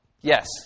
Yes